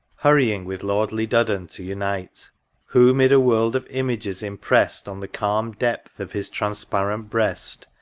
hurrying with lordly duddon to unite who, mid a world of images imprest on the calm depth of his transparent breast,